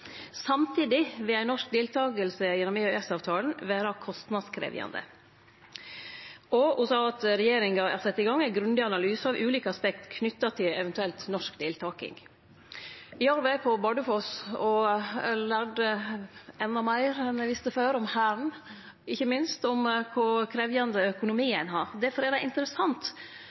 Samtidig vil ei norsk deltaking gjennom EØS-avtalen vera kostnadskrevjande. Ho sa òg at regjeringa har sett i gang ein grundig analyse av ulike aspekt knytte til ei eventuell norsk deltaking. Eg har vore på Bardufoss og lært endå meir om Hæren enn eg visste før, ikkje minst om kor krevjande økonomi ein har. Difor er det interessant